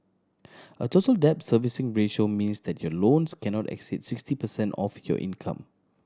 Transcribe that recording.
a Total Debt Servicing Ratio means that your loans cannot exceed sixty percent of your income